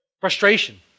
Frustration